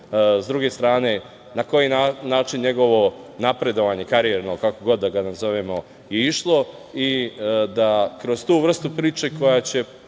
s druge strane, na koji način njegovo napredovanje karijerno, kako god da ga nazovemo, je išlo, i da kroz tu vrstu priče koja će